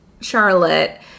Charlotte